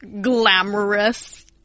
glamorous